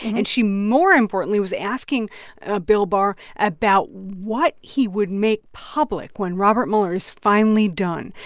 and she more importantly was asking ah bill barr about what he would make public when robert mueller is finally done.